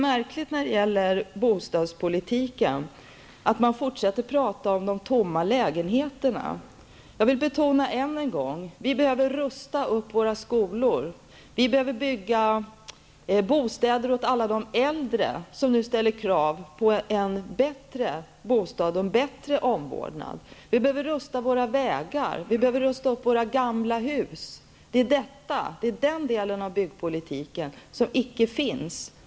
När det gäller bostadspolitiken är det märkligt att man fortsätter att tala om de tomma lägenheterna. Jag vill betona än en gång att vi behöver rusta upp våra skolor. Vi behöver bygga bostäder åt alla de äldre som nu ställer krav på en bättre bostad och en bättre omvårdnad. Vi behöver rusta våra vägar och våra gamla hus. Det är den delen av byggpolitiken som icke finns.